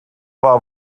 war